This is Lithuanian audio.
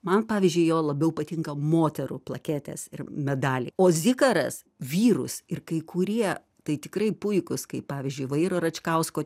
man pavyzdžiui jo labiau patinka moterų plaketės ir medaliai o zikaras vyrus ir kai kurie tai tikrai puikūs kaip pavyzdžiui vairo račkausko